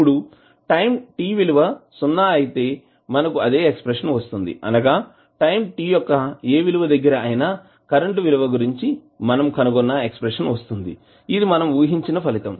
ఇప్పుడు time t విలువ సున్నా అయితే మనకు అదే ఎక్స్ప్రెషన్ వస్తుంది అనగా టైం t యొక్క ఏ విలువ దగ్గర అయినా కరెంట్ విలువ గురించి మనం కనుగొన్న ఎక్స్ప్రెషన్ వస్తుంది ఇది మనం ఊహించిన ఫలితం